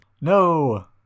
No